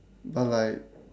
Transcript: but like